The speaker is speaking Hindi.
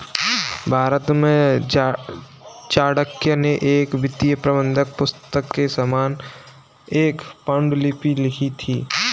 भारत में चाणक्य ने एक वित्तीय प्रबंधन पुस्तक के समान एक पांडुलिपि लिखी थी